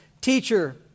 Teacher